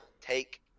take